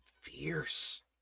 fierce